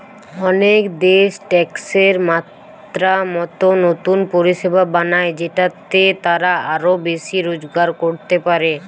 অনেক দেশ ট্যাক্সের মাত্রা মতো নতুন পরিষেবা বানায় যেটাতে তারা আরো বেশি রোজগার করতে পারে